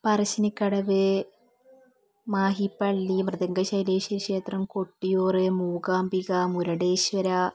പറശ്ശനിക്കടവ് മാഹിപ്പള്ളി മൃദംഗ ശൈലേശ്വരി ക്ഷേത്രം കൊട്ടിയൂർ മൂകാംബിക മുരുഡേശ്വര